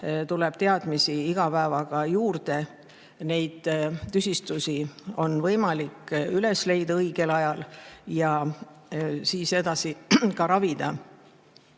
tuleb teadmisi iga päevaga juurde. Neid tüsistusi on võimalik õigel ajal üles leida ja siis edasi ka ravida.